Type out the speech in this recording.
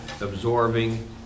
absorbing